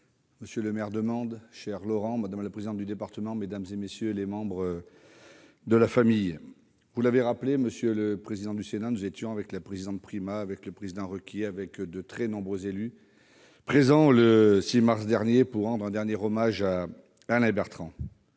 monsieur le maire de Mende, cher Laurent, madame la présidente du département, mesdames, messieurs les membres de la famille, vous l'avez rappelé, monsieur le président, nous étions présents, avec la présidente Primas, avec le président Requier et avec de très nombreux autres élus, le 6 mars dernier, pour rendre un dernier hommage à Alain Bertrand.